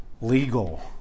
legal